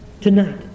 tonight